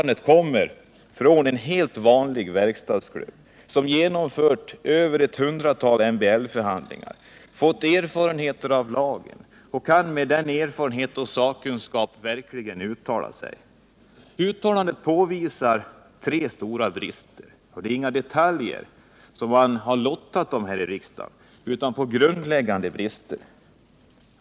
Det kommer från en helt vanlig verkstadsklubb som genomfört mer än ett hundratal MBL-förhandlingar, som fått erfarenhet av lagen och som med den erfarenheten och den sakkunskapen verkligen kan uttala sig. Uttalandet påvisar tre stora brister, och det är inga detaljer som man har lottat om här i riksdagen utan grundläggande brister.